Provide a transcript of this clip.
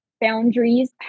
boundaries